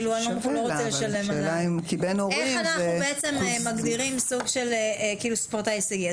איך אנחנו בעצם מגדירים סוג של ספורטאי הישגי?